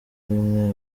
rimwe